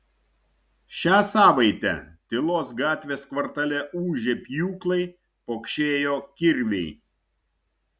šią savaitę tylos gatvės kvartale ūžė pjūklai pokšėjo kirviai